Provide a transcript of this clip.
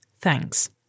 Thanks